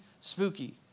spooky